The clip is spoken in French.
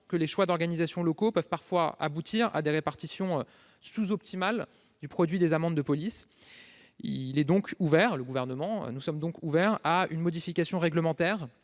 que les choix d'organisation locaux peuvent parfois aboutir à des répartitions sous-optimales du produit des amendes de police. Il est donc ouvert à une modification réglementaire